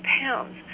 pounds